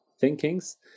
thinkings